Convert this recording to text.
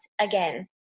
again